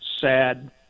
Sad